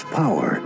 power